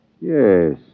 Yes